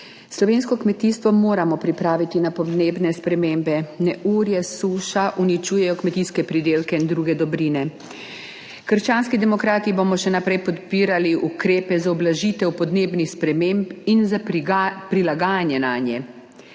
Slovensko kmetijstvo moramo pripraviti na podnebne spremembe. Neurje, suša uničujejo kmetijske pridelke in druge dobrine. Krščanski demokrati bomo še naprej podpirali ukrepe za ublažitev podnebnih sprememb in za prilagajanje nanje.